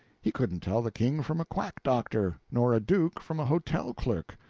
he couldn't tell the king from a quack doctor, nor a duke from a hotel clerk.